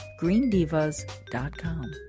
greendivas.com